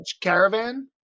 Caravan